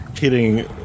hitting